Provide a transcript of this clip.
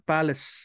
Palace